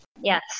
yes